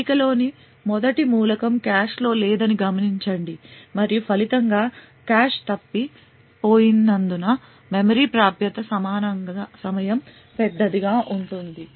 పట్టికలోని మొదటి మూలకం కాష్లో లేదని గమనించండి మరియు ఫలితంగా కాష్ తప్పి పోయినందున మెమరీ ప్రాప్యత సమయం పెద్దదిగా ఉంటుంది